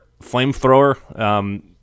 flamethrower